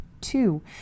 two